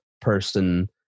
person